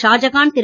Shahjahan Thiru